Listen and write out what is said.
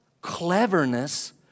cleverness